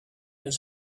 his